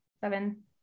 Seven